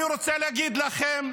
אני רוצה להגיד לכם,